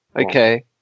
Okay